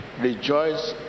Rejoice